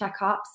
checkups